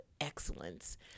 excellence